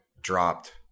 dropped